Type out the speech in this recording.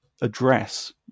address